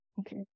Okay